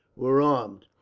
were armed,